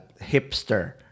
hipster